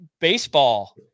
baseball